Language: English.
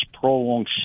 prolonged